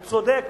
וצודק,